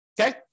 okay